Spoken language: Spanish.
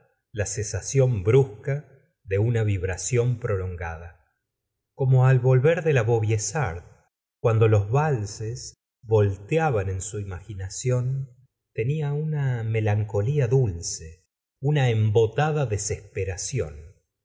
la cesación brusca de una vibración prolongada como al volver de la vaubyessard cuando los valses volteaban en su imaginación tenia una melancolía dulce una l gustavo plaubert embotada desesperación